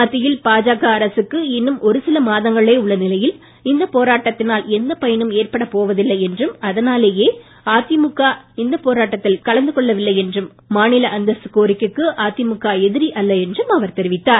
மத்தியில் பாஜக அரசுக்கு இன்னும் ஒருசில மாதங்களே உள்ள நிலையில் இந்த போராட்டத்தினால் எந்த பயனும் ஏற்படப் போவதில்லை என்றும் அதனாலேயே அதிமுக இந்த போராட்டத்தில் கலந்து கொள்ளவில்லை என்றும் மாநில அந்தஸ்து கோரிக்கைக்கு அதிமுக எதிரி அல்ல என்றும் அவர் தெரிவித்தார்